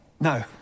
No